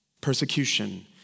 persecution